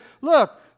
look